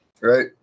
right